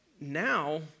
Now